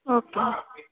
okay